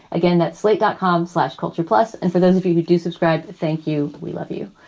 again, that slate dot com slash culture plus. and for those of you who do subscribe. thank you. we love you.